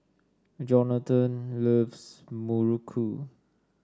Johnathon loves Muruku